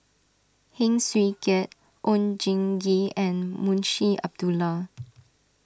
Heng Swee Keat Oon Jin Gee and Munshi Abdullah